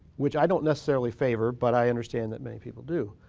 which i don't necessarily favor, but i understand that many people do,